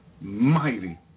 Mighty